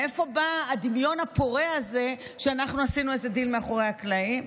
מאיפה בא הדמיון הפורה הזה שאנחנו עשינו איזה דיל מאחורי הקלעים?